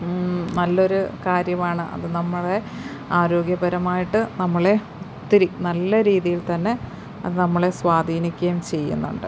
നല്ലൊരു കാര്യമാണ് അത് നമ്മളെ ആരോഗ്യപരമായിട്ട് നമ്മളെ ഒത്തിരി നല്ല രീതിയിൽ തന്നെ അത് നമ്മളെ സ്വാധീനിക്കുകയും ചെയ്യുന്നുണ്ട്